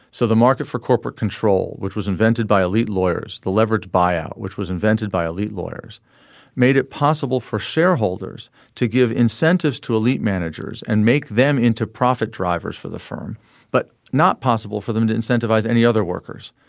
so the market for corporate control which was invented by elite lawyers the leveraged buyout which was invented by elite lawyers made it possible for shareholders to give incentives to elite managers and make them into profit drivers for the firm but not possible for them to incentivize any other workers.